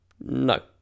No